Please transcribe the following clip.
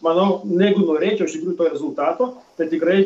manau jeigu norėčiau iš tikrųjų to rezultato tai tikrai